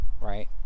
right